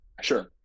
Sure